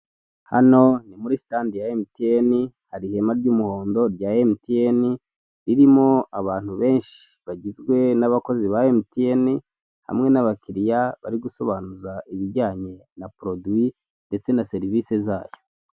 Hano ni muri stade ya mtn hari ihema ry'umuhondo rya mtn ririmo abantu benshi bagizwe n'abakozi ba mtn hamwe n'abakiriya bari gusobanuza ibijyanye na produwi ndetse na serivisi zayo.